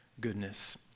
goodness